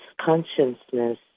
consciousness